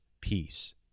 peace